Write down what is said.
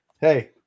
Hey